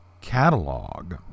catalog